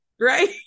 right